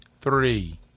three